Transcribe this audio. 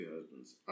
husbands